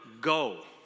go